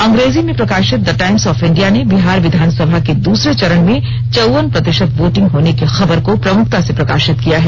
अंग्रेजी में प्रकाशित द टाइम्स ऑफ इंडिया ने बिहार विधानसमा के दूसरे चरण में चौवन प्रकाशित वोटिंग होने की खबर को प्रमुखता से प्रकाशित किया है